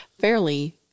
fairly